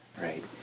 Right